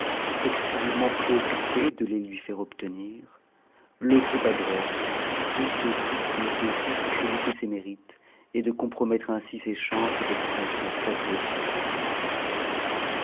exclusivement préoccupé de les lui faire obtenir le groupe adverse tout au souci de discréditer ses mérites et de compromettre ainsi ses chances à la distinction flatteuse qu'il convoitait